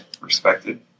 respected